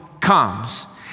comes